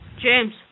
James